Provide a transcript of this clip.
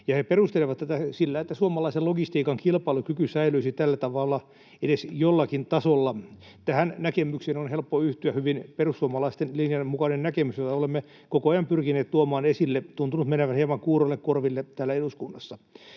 He perustelevat tätä sillä, että suomalaisen logistiikan kilpailukyky säilyisi tällä tavalla edes jollakin tasolla. Tähän näkemykseen on helppo yhtyä; hyvin perussuomalaisten linjan mukainen näkemys, jota olemme koko ajan pyrkineet tuomaan esille. Tuntunut menevän hieman kuuroille korville täällä eduskunnassa.